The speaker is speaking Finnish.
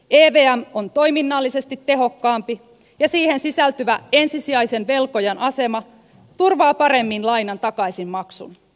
evm on toiminnallisesti tehokkaampi ja siihen sisältyvä ensisijaisen velkojan asema turvaa paremmin lainan takaisinmaksun